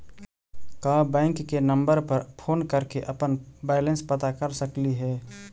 का बैंक के नंबर पर फोन कर के अपन बैलेंस पता कर सकली हे?